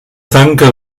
tanca